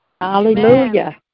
Hallelujah